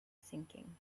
sinking